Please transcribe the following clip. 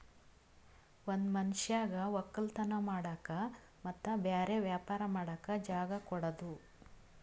ಒಂದ್ ಮನಷ್ಯಗ್ ವಕ್ಕಲತನ್ ಮಾಡಕ್ ಮತ್ತ್ ಬ್ಯಾರೆ ವ್ಯಾಪಾರ ಮಾಡಕ್ ಜಾಗ ಕೊಡದು